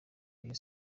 rayon